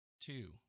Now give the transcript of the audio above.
two